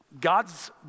God's